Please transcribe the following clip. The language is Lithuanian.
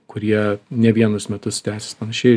kurie ne vienus metus tęsis panašiai